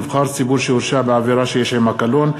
נבחר ציבור שהורשע בעבירה שיש עמה קלון),